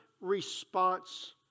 response